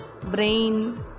brain